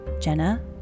Jenna